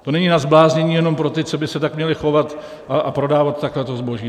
To není na zbláznění jenom pro ty, co by se tak měli chovat a prodávat tak to zboží.